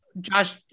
Josh